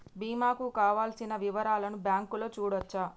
బీమా కు కావలసిన వివరాలను బ్యాంకులో చూడొచ్చా?